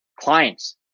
clients